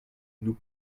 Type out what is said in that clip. nous